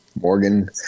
Morgan